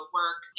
work